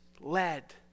led